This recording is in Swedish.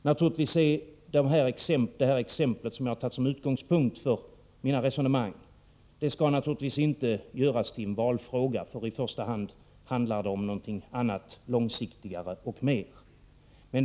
Naturligtvis skall det exempel som jag tagit som utgångspunkt för mina resonemang inte göras till en valfråga, för i första hand handlar det om någonting annat, någonting långsiktigare och förmer.